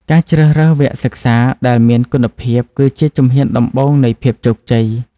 ការជ្រើសរើសវគ្គសិក្សាដែលមានគុណភាពគឺជាជំហានដំបូងនៃភាពជោគជ័យ។